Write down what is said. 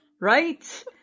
Right